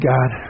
God